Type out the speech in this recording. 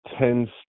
tends